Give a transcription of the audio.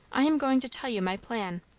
i am going to tell you my plan.